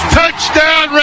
touchdown